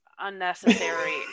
Unnecessary